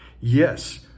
Yes